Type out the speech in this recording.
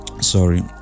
Sorry